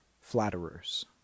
flatterers